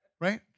Right